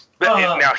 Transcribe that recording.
Now